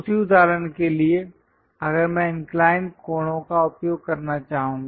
उसी उदाहरण के लिए अगर मैं इंक्लाइंड कोणों का उपयोग करना चाहूंगा